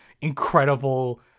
incredible